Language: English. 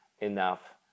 enough